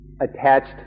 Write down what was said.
attached